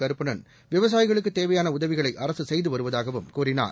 கருப்பணன் விவசாயிகளுக்குத் தேவையான உதவிகளை அரசு செய்துவருவதாகவும் கூறினார்